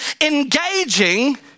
engaging